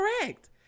correct